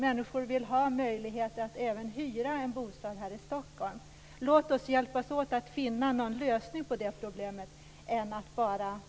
Människor vill ha möjlighet att även hyra en bostad här i Stockholm. Låt oss hjälpas åt att finna en lösning på det problemet i stället för att bara käbbla!